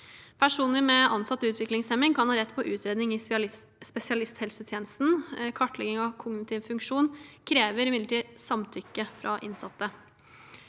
Personer med antatt utviklingshemming kan ha rett på utredning i spesialisthelsetjenesten. Kartlegging av kognitiv funksjon krever imidlertid samtykke fra innsatte.